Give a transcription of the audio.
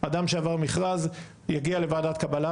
אדם שעבר מכרז יגיע לוועדת קבלה,